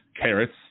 carrots